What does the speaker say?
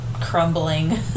crumbling